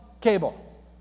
cable